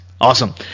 Awesome